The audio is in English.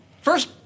First